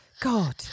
God